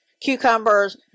cucumbers